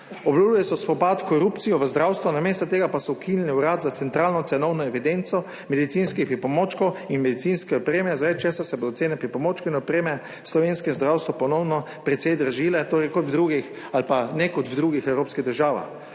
Obljubljali so spopad s korupcijo v zdravstvu, namesto tega pa so ukinili Urad za centralno cenovno evidenco medicinskih pripomočkov in medicinske opreme, zaradi česar se bodo cene pripomočkov in opreme v slovenskem zdravstvu ponovno precej dražile, ne kot v drugih evropskih državah.